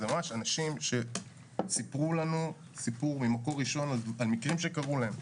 אלה אנשים שממש סיפרו לנו סיפור ממקור ראשון על מקרים שקרו להם.